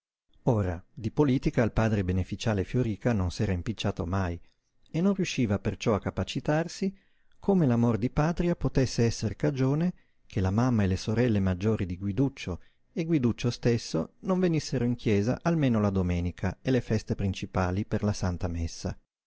ora di politica il padre beneficiale fioríca non s'era impicciato mai e non riusciva perciò a capacitarsi come l'amor di patria potesse esser cagione che la mamma e le sorelle maggiori di guiduccio e guiduccio stesso non venissero in chiesa almeno la domenica e le feste principali per la santa messa